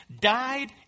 died